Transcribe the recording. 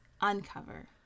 uncover